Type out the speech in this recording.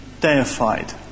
deified